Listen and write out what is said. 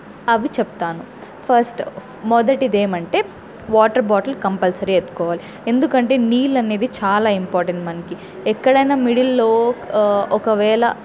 అవి చెప్తాను ఫస్ట్ మొదటిది ఏమంటే వాటర్ బాటిల్ కంపల్సరీ ఎత్తుకోవాలి ఎందుకంటే నీళ్ళు అనేవి చాలా ఇంపార్టెంట్ మనకు ఎక్కడైన మిడిల్ల్లో ఒకవేళ